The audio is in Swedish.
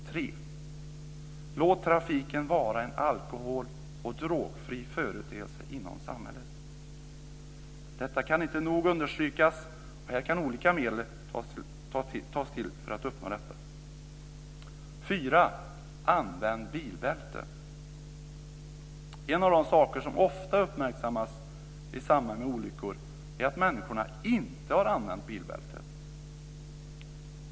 3. Låt trafiken vara en alkohol och drogfri företeelse inom samhället. Detta kan inte nog understrykas, och här kan olika medel tas till för att uppnå det. 4. Använd bilbälte! En av de saker som ofta uppmärksammas i samband med olyckor är att människor inte har använt bilbältet.